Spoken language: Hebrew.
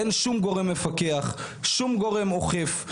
אין שום גורם מפקח, שום גורם אוכף.